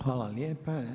Hvala lijepa.